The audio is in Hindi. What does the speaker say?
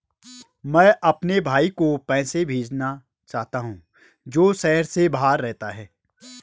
मैं अपने भाई को पैसे भेजना चाहता हूँ जो शहर से बाहर रहता है